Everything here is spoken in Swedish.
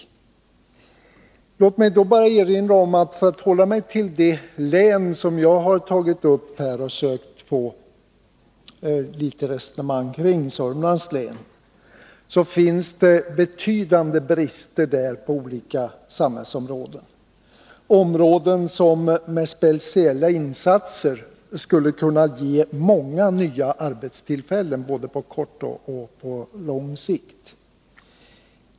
Låt mig då bara erinra om, för att hålla mig till det län som jag tagit upp och försökt få litet resonemang kring — Södermanlands län —, att det där finns betydande brister på olika samhällsområden, områden som med speciella insatser skulle kunna ge många nya arbetstillfällen både på kort och på lång sikt.